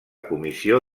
comissió